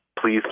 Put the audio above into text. Please